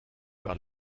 par